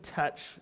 touch